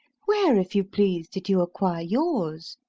where, if you please, did you acquire yours?